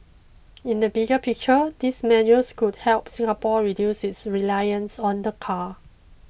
in the bigger picture these measures could help Singapore reduce its reliance on the car